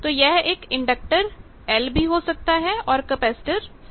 तो यह एक इंडक्टर inductor L भी हो सकता है और कैपेसिटर capacitor C भी